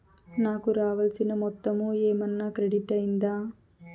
నాకు రావాల్సిన మొత్తము ఏమన్నా క్రెడిట్ అయ్యిందా